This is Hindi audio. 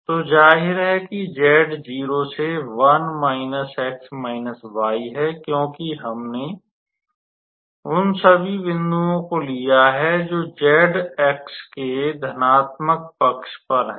तो जाहिर है कि z 0 से 1 x − 𝑦 है क्योंकि हमने उन सभी बिंदुओं को लिया है जो z अक्ष के धनात्मक पक्ष पर हैं